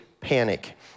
panic